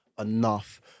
enough